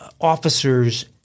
officers